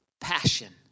passion